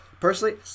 Personally